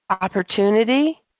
Opportunity